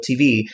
TV